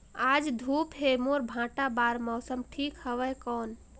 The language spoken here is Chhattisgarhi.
आज धूप हे मोर भांटा बार मौसम ठीक हवय कौन?